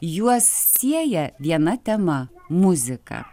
juos sieja viena tema muzika